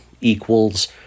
equals